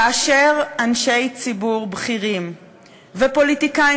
כאשר אנשי ציבור בכירים ופוליטיקאים